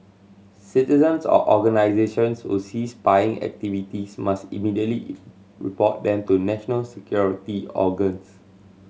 citizens or organisations who see spying activities must immediately report them to national security organs